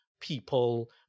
people